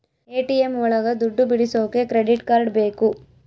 ATM ಒಳಗ ದುಡ್ಡು ಬಿಡಿಸೋಕೆ ಕ್ರೆಡಿಟ್ ಕಾರ್ಡ್ ಬೇಕು